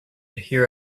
hear